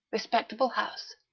respectable house.